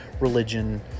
religion